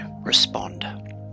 respond